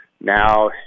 now